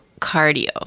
cardio